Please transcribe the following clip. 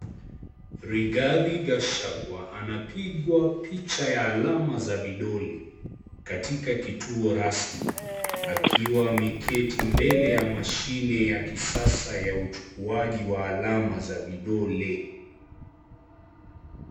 Rigathi Gachagua, anapigwa picha ya alama za vidole, katika kituo rasmi. Akiwa ameketi mbele ya mashine ya kisasa ya uchukuaji wa alama za vidole.